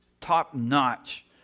top-notch